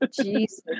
Jesus